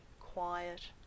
quiet